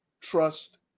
trust